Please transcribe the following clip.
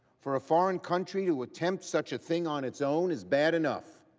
for a foreign country to attempt such a thing on its own is bad enough.